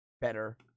better